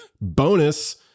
bonus